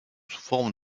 forme